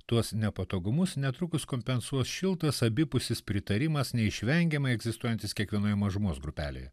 tuos nepatogumus netrukus kompensuos šiltas abipusis pritarimas neišvengiamai egzistuojantis kiekvienoje mažumos grupelėje